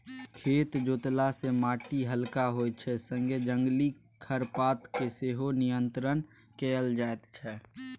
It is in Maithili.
खेत जोतला सँ माटि हलका होइ छै संगे जंगली खरपात केँ सेहो नियंत्रण कएल जाइत छै